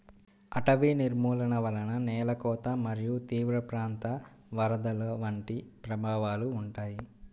అటవీ నిర్మూలన వలన నేల కోత మరియు తీరప్రాంత వరదలు వంటి ప్రభావాలు ఉంటాయి